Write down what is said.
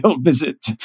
visit